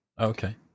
Okay